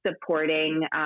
supporting